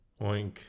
oink